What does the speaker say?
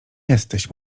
jesteś